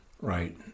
Right